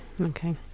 Okay